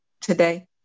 today